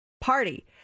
party